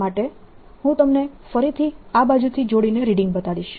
તે માટે હું તમને ફરીથી આ બાજુથી જોડીને રીડિંગ બતાડીશ